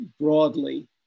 broadly